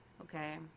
okay